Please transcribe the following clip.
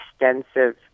extensive